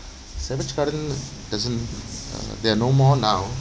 savage garden isn't there are no more now